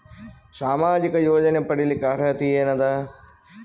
ಸಾಮಾಜಿಕ ಯೋಜನೆ ಪಡಿಲಿಕ್ಕ ಅರ್ಹತಿ ಎನದ?